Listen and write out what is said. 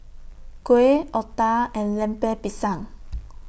Kuih Otah and Lemper Pisang